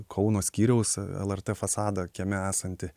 kauno skyriaus lrt fasadą kieme esantį